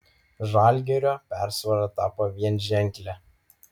žalgirio persvara tapo vienženklė